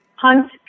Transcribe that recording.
hunt